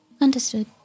Understood